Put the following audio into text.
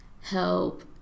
help